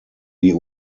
die